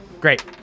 Great